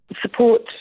support